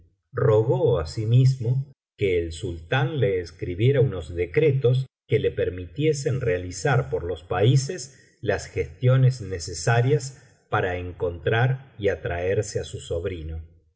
rogó asimismo que el sultán le escribiera unos decretos que le permitiesen realizar por los países las gestiones necesarias para encontrar y atraerse á su sobrino y